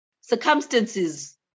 circumstances